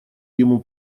ему